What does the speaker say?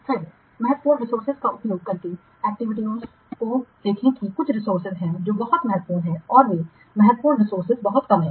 फिर महत्वपूर्ण रिसोर्सेजों का उपयोग करके एक्टिविटीयाँ देखें कि कुछ रिसोर्सेज हैं जो बहुत महत्वपूर्ण हैं और वे महत्वपूर्ण रिसोर्सेज बहुत कम हैं